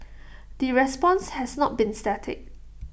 the response has not be static